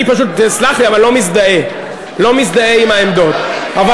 אני פשוט לא מזדהה עם העמדות, תסלח לי.